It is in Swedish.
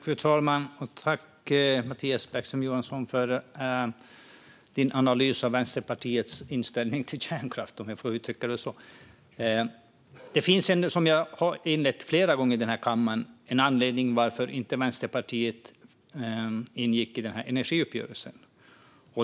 Fru talman! Tack, Mattias Bäckström Johansson, för din analys av Vänsterpartiets inställning till kärnkraft, om jag får uttrycka det så. Det finns, som jag har sagt flera gånger i den här kammaren, en anledning till att Vänsterpartiet inte ingick i energiuppgörelsen.